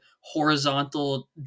horizontal